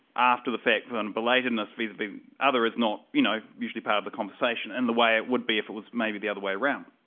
after the fact but and belatedness vis-a-vis other is not you know usually part of the conversation and the way it would be if it was maybe the other way around.